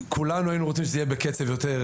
כולנו היינו רוצים שזה יהיה בקצב מהיר יותר,